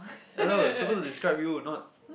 hello it's supposed to describe you not